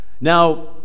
Now